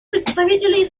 представителей